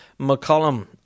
McCollum